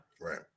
right